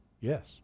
Yes